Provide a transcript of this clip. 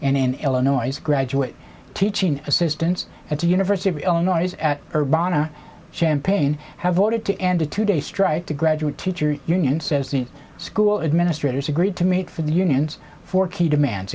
and in illinois graduate teaching assistants at the university of illinois at herb ana champaign have voted to end a two day strike to graduate teachers union says the school administrators agreed to meet for the unions for key demands